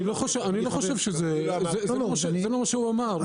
זה לא מה שהוא אמר.